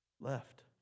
left